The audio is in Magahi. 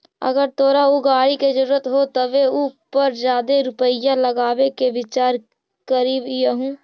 अगर तोरा ऊ गाड़ी के जरूरत हो तबे उ पर जादे रुपईया लगाबे के विचार करीयहूं